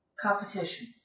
Competition